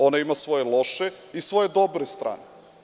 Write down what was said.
Ona ima svoje loše i svoje dobre strane.